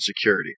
security